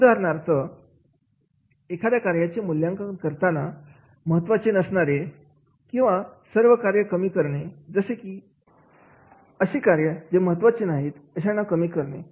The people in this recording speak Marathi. उदाहरणार्थ एखाद्या कार्याचे मूल्यांकन करतात जसे की महत्त्वाचे नसणारे सर्व कार्य कमी करणे जसे की 200 कार्य जे महत्वाचे नाहीत अशांना कमी करणे